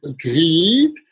greed